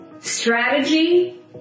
Strategy